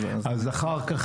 אז --- אז אחר כך.